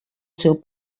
seu